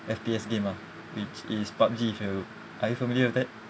F_P_S game ah which is pubg are you familiar with that